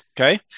Okay